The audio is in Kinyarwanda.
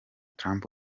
trump